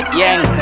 yang